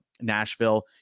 Nashville